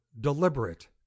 deliberate